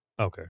Okay